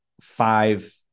five